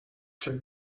check